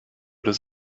does